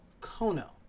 kono